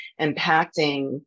impacting